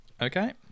Okay